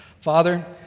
Father